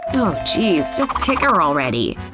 oh geez, just pick her already!